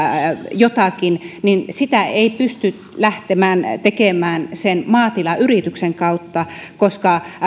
jotakin ei pysty lähtemään tekemään sitä sen maatilayrityksen kautta koska